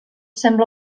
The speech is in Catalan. sembla